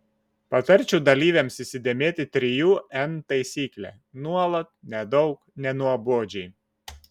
patarčiau dalyvėms įsidėmėti trijų n taisyklę nuolat nedaug nenuobodžiai